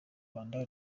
rwanda